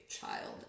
child